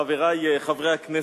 חברי חברי הכנסת,